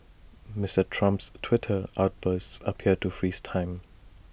Mister Trump's Twitter outbursts appear to freeze time